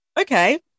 Okay